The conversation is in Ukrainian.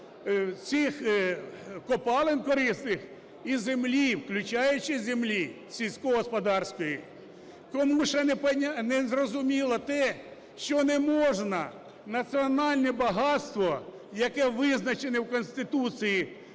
цих корисних копалин і землі, включаючи і землі сільськогосподарської. Кому ще незрозуміло те, що не можна національне багатство, яке визначене в Конституції